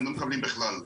הם לא מקבלים בכלל.